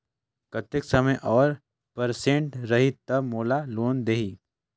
कतेक समय और परसेंट रही तब मोला लोन देही?